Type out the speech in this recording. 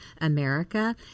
America